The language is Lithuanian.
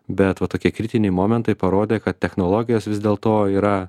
bet va tokie kritiniai momentai parodė kad technologijos vis dėl to yra